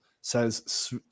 says